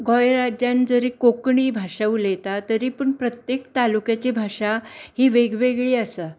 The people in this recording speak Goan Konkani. गोंय राज्यांत जरी कोंकणी भाशा उलयता तरी पूण प्रत्येक तालुक्याची भाशा ही वेगवेगळी आसा